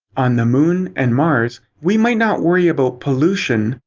on the moon and mars, we might not worry about pollution,